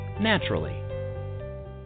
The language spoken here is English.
naturally